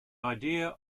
idea